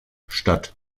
statt